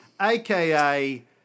aka